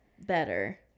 better